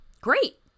great